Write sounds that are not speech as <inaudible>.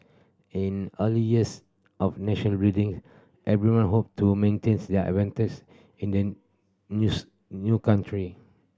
in early years of nation building everyone hoped to maintains their <unintelligible> in an news new country